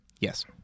Yes